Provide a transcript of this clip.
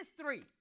three